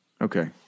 Okay